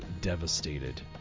devastated